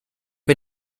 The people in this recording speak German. mit